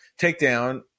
takedown